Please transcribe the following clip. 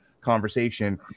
conversation